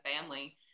family